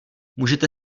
můžete